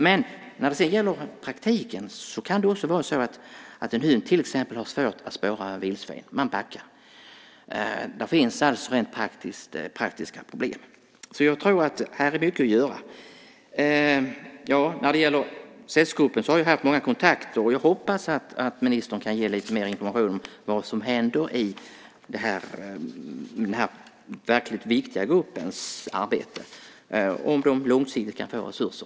Men när det gäller praktiken kan det också vara så att en hund till exempel har svårt att spåra vildsvin. Man backar. Det finns alltså rent praktiska problem. Jag tror att det finns mycket att göra här. Jag har haft många kontakter med SES-gruppen, och jag hoppas att ministern kan ge lite mer information om vad som händer i den här verkligt viktiga gruppens arbete och om den långsiktigt kan få resurser.